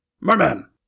Merman